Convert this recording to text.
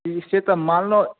ई से तऽ मानलहुॅं